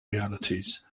realities